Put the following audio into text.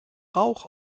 rauch